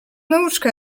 nauczkę